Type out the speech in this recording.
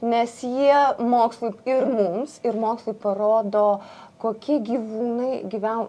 nes jie mokslui ir mums ir mokslui parodo kokie gyvūnai gyve